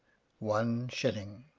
one shilling.